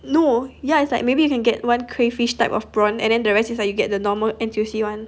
no ya it's like maybe you can get one crayfish type of prawn and then the rest is like you get the normal N_T_U_C [one]